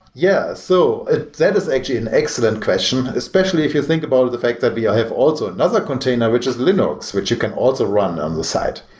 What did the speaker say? yeah. so that is actually an excellent question, especially if you think about the fact that we ah have also another container, which is linux, which you can also run on the side.